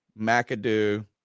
McAdoo